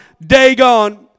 Dagon